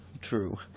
True